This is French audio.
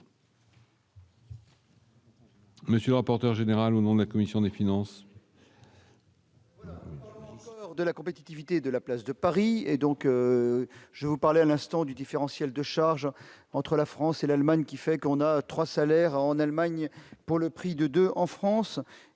Monsieur le rapporteur général au nom de la commission des finances.